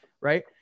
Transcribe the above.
right